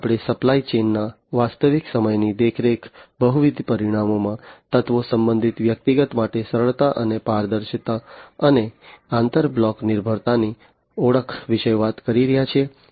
અહીં આપણે સપ્લાય ચેઇનના વાસ્તવિક સમયની દેખરેખ બહુવિધ પરિમાણોમાં તત્વો સંબંધિત વ્યક્તિગત માટે સરળતા અને પારદર્શિતા અને આંતર બ્લોક નિર્ભરતાની ઓળખ વિશે વાત કરી રહ્યા છીએ